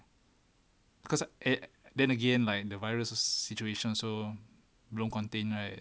cause and then again like the virus situation so belum contain right